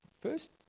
First